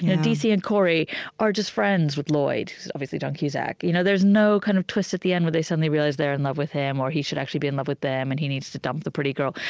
yeah d c. and corey are just friends with lloyd who's, obviously, john cusack. you know there's no kind of twist at the end where they suddenly realize they're in love with him, or he should actually be in love with them, and he needs to dump the pretty girl.